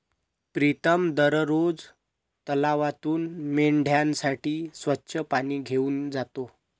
प्रीतम दररोज तलावातून मेंढ्यांसाठी स्वच्छ पाणी घेऊन जातो